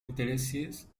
utilizes